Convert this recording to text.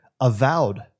avowed